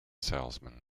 salesman